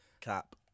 Cap